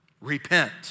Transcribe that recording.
repent